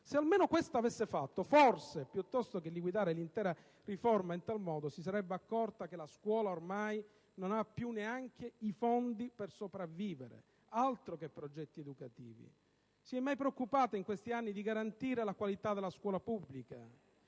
Se almeno questo avesse fatto, forse, piuttosto che liquidare l'intera riforma in tal modo, si sarebbe accorta che la scuola ormai non ha più neanche i fondi per sopravvivere: altro che progetti educativi! Si è mai preoccupata in questi anni di garantire la qualità della scuola pubblica?